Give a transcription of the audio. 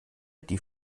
die